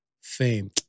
Fame